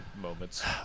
moments